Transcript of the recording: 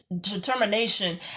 determination